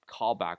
callback